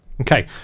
Okay